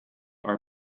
our